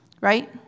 right